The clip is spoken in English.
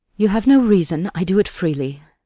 you have no reason i do it freely.